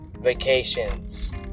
vacations